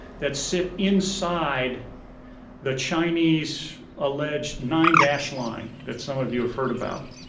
that sit inside the chinese alleged nine-dash line that some of you have heard about.